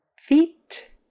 feet